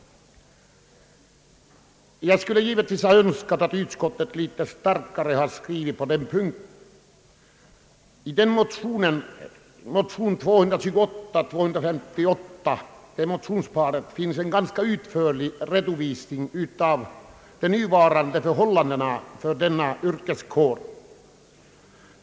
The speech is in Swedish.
Jag skulle dock ha önskat att utskottet hade betonat den här frågan litet starkare. I motionerna I: 228 och II: 258 finns en ganska utförlig redovisning för denna yrkeskårs nuvarande förhållanden.